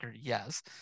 Yes